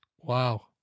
Wow